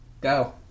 Go